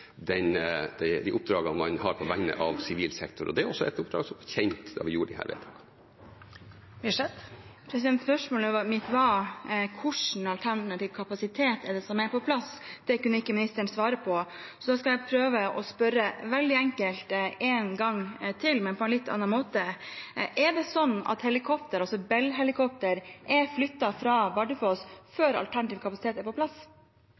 de oppdragene man har på vegne av sivil sektor, og det er et oppdrag som var kjent da vi gjorde disse vedtakene. Cecilie Myrseth – til oppfølgingsspørsmål. Spørsmålet mitt var hvilken alternativ kapasitet det er som er på plass. Det kunne ikke ministeren svare på, så da skal jeg prøve å spørre veldig enkelt en gang til, men på en litt annen måte. Er det sånn at helikoptre – Bell-helikoptre – er flyttet fra Bardufoss før alternativ kapasitet er på plass?